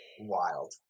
wild